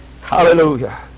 Hallelujah